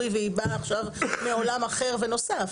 והיא באה עכשיו מעולם אחר ונוסף,